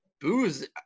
booze